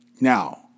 Now